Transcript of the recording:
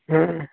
ਹਮ